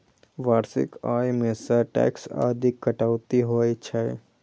वार्षिक आय मे सं टैक्स आदिक कटौती होइ छै